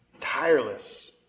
tireless